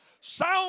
sound